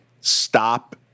stop